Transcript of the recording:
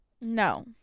No